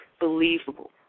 believable